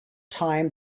time